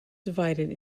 divided